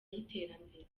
y’iterambere